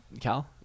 Cal